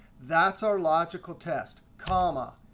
that's our logical test. comma,